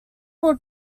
would